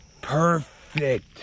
perfect